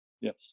Yes